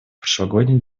прошлогодней